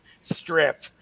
strip